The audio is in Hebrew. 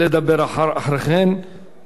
חבר הכנסת אורי אריאל,